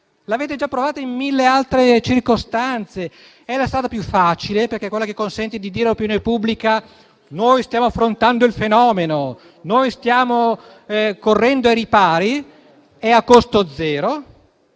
l'avete già provato in mille altre circostanze. È la strada più facile, perché è quella che consente di dire all'opinione pubblica che noi stiamo affrontando il fenomeno, noi stiamo correndo ai ripari, ed è a costo zero,